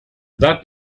that